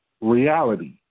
reality